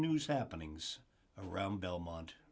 news happenings around belmont